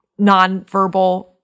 nonverbal